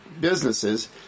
businesses